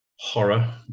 horror